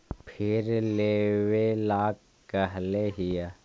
फिर लेवेला कहले हियै?